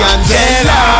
Angela